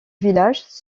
village